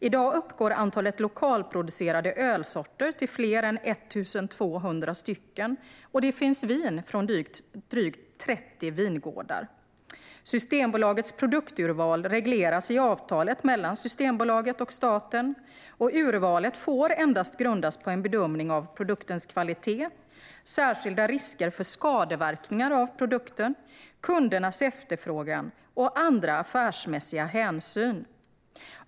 I dag uppgår antalet lokalproducerade ölsorter till fler än 1 200 stycken, och det finns vin från drygt 30 vingårdar. Systembolagets produkturval regleras i avtalet mellan Systembolaget och staten. Urvalet får endast grundas på en bedömning av produktens kvalitet, särskilda risker för skadeverkningar av produkten, kundernas efterfrågan och andra affärsmässiga hänsyn.